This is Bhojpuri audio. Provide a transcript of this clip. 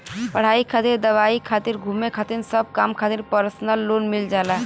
पढ़ाई खातिर दवाई खातिर घुमे खातिर सब काम खातिर परसनल लोन मिल जाला